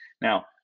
now